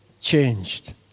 changed